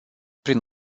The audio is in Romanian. prin